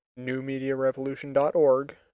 newmediarevolution.org